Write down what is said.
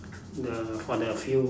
the for the few